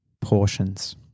Portions